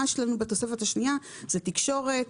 בתוספת השנייה יש לנו תקשורת,